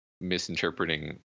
misinterpreting